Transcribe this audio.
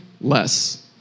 less